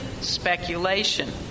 speculation